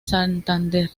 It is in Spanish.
santander